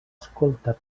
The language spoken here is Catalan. escolta